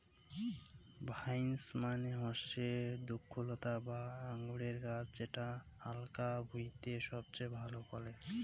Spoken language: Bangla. ভাইন্স মানে হসে দ্রক্ষলতা বা আঙুরের গাছ যেটা হালকা ভুঁইতে সবচেয়ে ভালা ফলে